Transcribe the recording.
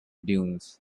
dunes